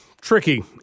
tricky